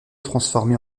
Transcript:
transformée